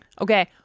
Okay